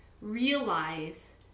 realize